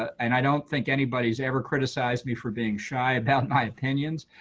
and i don't think anybody's ever criticized me for being shy about my opinions.